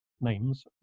names